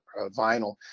vinyl